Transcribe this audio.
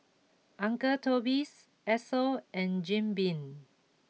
Uncle Toby's Esso and Jim Beam